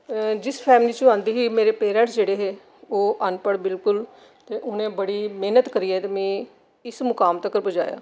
में जिस फैमली चां आंदी ही मेरे पेरेंटस जेह्ड़े हे ओह् अनपढ़ हे बिल्कुल में बड़ी मेहनत करियै इस मुकाम तक्कर पजाएआ